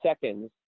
seconds